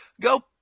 go